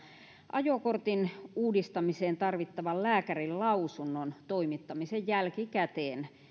ajokortin uudistamiseen tarvittavan lääkärinlausunnon toimittamisen jälkikäteen